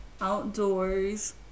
outdoors